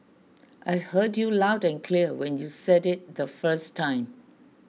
I heard you loud and clear when you said it the first time